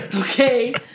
okay